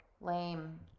Lame